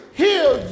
heal